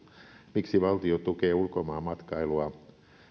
miksi valtio tukee ulkomaanmatkailua